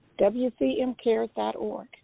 WCMcares.org